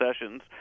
Sessions